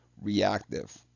reactive